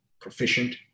proficient